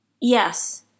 Yes